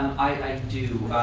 i do.